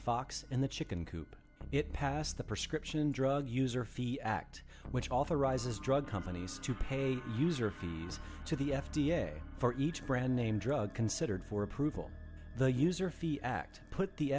fox in the chicken coop and it passed the prescription drug user fee act which authorizes drug companies to pay user fees to the f d a for each brand name drug considered for approval the user fee act put the